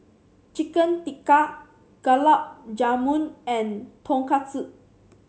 Chicken Tikka Gulab Jamun and Tonkatsu